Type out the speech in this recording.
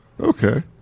Okay